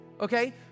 okay